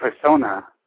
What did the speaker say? persona